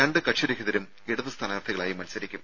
രണ്ട് കക്ഷിരഹിതരും ഇടത് സ്ഥാനാർത്ഥികളായി മത്സരിക്കും